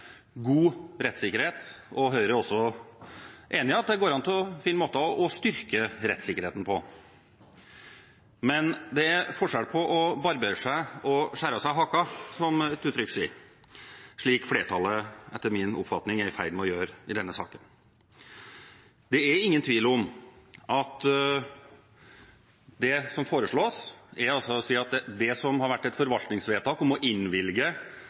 god rettssikkerhet, og Høyre er enig i at det går an å finne måter å styrke rettssikkerheten på. Men det er forskjell på å barbere seg og å skjære av seg haken, som et uttrykk sier, slik som flertallet – etter min oppfatning – er i ferd med å gjøre i denne saken. Det er ingen tvil om at det som foreslås, nemlig at det som har vært et forvaltningsvedtak om å innvilge